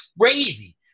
crazy